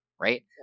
Right